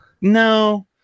No